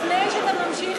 לפני שאתה ממשיך,